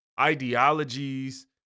ideologies